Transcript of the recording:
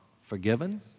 forgiven